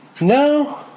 No